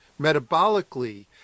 metabolically